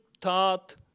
taught